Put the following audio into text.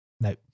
No